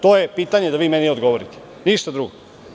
To je pitanje da mi odgovorite, ništa drugo.